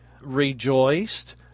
rejoiced